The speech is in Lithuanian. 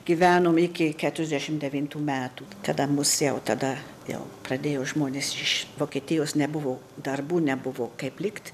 gyvenom iki keturiasdešim devintų metų tada mus jau tada jau pradėjo žmonės iš vokietijos nebuvo darbų nebuvo kaip likt